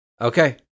Okay